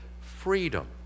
freedom